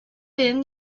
then